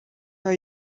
are